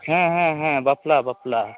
ᱦᱮᱸ ᱦᱮᱸ ᱦᱮᱸ ᱵᱟᱯᱞᱟ ᱵᱟᱯᱞᱟ